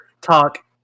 talk